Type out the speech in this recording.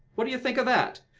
what do you think of that?